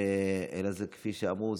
אלא כפי שאמרו,